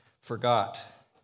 forgot